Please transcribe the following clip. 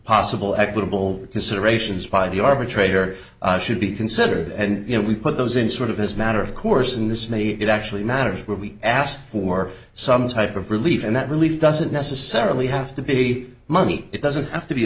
possible equitable considerations by the arbitrator should be considered and you know we put those in sort of this matter of course in this may it actually matters where we ask for some type of relief and that really doesn't necessarily have to be money it doesn't have to be